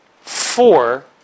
four